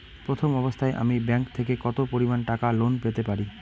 প্রথম অবস্থায় আমি ব্যাংক থেকে কত পরিমান টাকা লোন পেতে পারি?